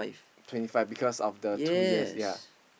twenty five because of the two years ya